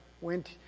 went